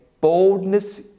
boldness